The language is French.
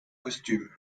costume